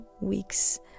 weeks